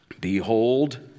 Behold